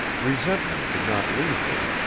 resentment did not leave her,